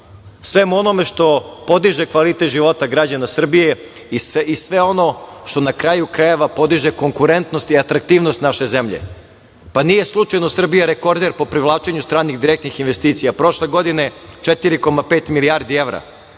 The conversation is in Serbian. svemu onome što podiže kvalitet građana Srbije i sve ono što na kraju krajeva podiže konkurentnost i atraktivnost naše zemlje. Nije slučajno Srbija rekorder po privlačenju stranih direktnih investicija. Prošle godine 4,5 milijardi evra